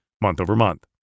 month-over-month